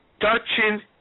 Touching